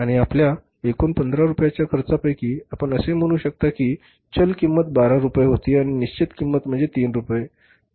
आणि आपल्या एकूण 15 रुपयांच्या खर्चापैकी आपण असे म्हणू शकता की चल किंमत 12 रुपये होती आणि निश्चित किंमत म्हणजे 3 रुपये